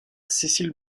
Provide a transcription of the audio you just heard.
cécile